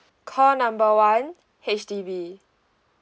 call number one H_D_B